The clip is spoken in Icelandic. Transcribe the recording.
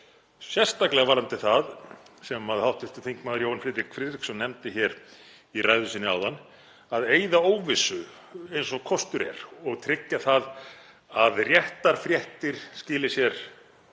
sérstaklega varðandi það sem hv. þm. Jóhann Friðrik Friðriksson nefndi hér í ræðu sinni áðan um að eyða óvissu eins og kostur er og tryggja það að réttar fréttir skili sér